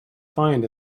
find